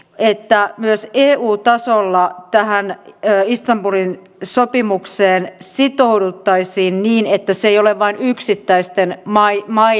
edda myös tekee uutta ollaan tähän istanbulin sopimukseen sitouduttaisiin niin että se on turvattava tarvittaessa lisätalousarviolla